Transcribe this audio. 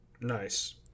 Nice